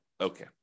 Okay